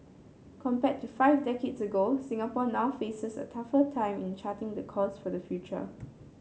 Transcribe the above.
compared to five decades ago Singapore now faces a tougher time in charting the course for the future